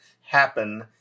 happen